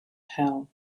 hell